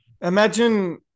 imagine